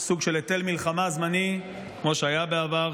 סוג של היטל מלחמה זמני, כמו שהיה בעבר.